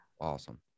Awesome